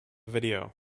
video